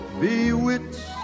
Bewitched